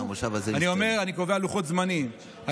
אני קובע לוחות זמנים,